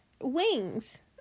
wings